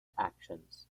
actions